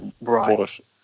right